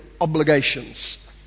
Obligations